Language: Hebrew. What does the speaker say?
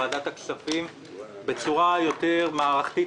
ועדת הכספים בצורה יותר מערכתית,